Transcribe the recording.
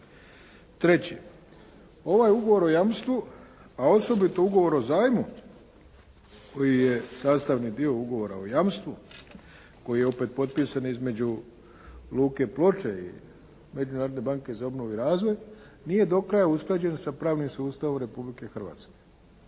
Treće, ovaj ugovor o jamstvu, a osobito ugovor o zajmu koji je sastavni dio ugovora o jamstvu koji je opet potpisan između Luke Ploče i Međunarodne banke za obnovu i razvoj, nije do kraja usklađen sa pravnim sustavom Republike Hrvatske